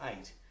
eight